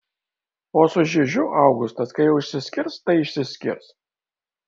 o su žižiu augustas kai jau išsiskirs tai išsiskirs